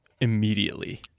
immediately